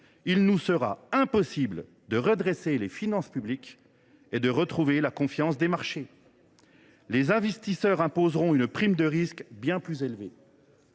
il nous sera impossible de redresser les finances publiques et de retrouver la confiance des marchés. Les investisseurs imposeront une prime de risque bien plus élevée.